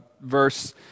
verse